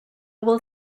will